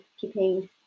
keeping